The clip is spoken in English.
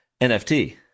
NFT